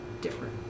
different